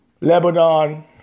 Lebanon